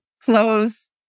clothes